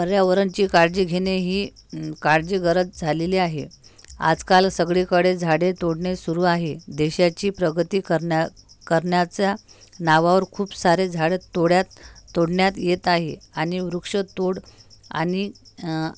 पर्यावरणाची काळजी घेणे ही काळाची गरज झालेली आहे आजकाल सगळीकडे झाडे तोडणे सुरु आहे देशाची प्रगती करण्या करण्याच्या नावावर खूप सारे झाडे तोड्यात तोडण्यात येत आहे आणि वृक्षतोड आणि